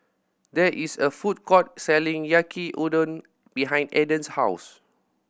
there is a food court selling Yaki Udon behind Adan's house